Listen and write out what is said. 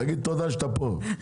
תגיד תודה שאתה פה.